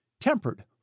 tempered